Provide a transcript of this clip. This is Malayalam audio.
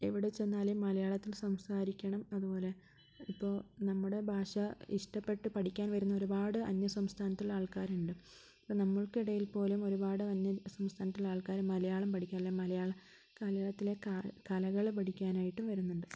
എവിടെ ചെന്നാലും മലയാളത്തിൽ സംസാരിക്കണം അതുപോലെ ഇപ്പോൾ നമ്മുടെ ഭാഷ ഇഷ്ടപ്പെട്ട് പഠിക്കാൻ വരുന്ന ഒരുപാട് അന്യ സംസ്ഥാനത്തുള്ള ആൾക്കാരുണ്ട് അപ്പോൾ നമുക്കിടയിൽപ്പോലും ഒരുപാട് അന്യസംസ്ഥാനത്തിലുള്ള ആൾക്കാർ മലയാളം പഠിക്കാൻ അല്ലെങ്കിൽ മലയാള മലയാളത്തിലെ കലകൾ പഠിക്കാനായിട്ടും വരുന്നുണ്ട്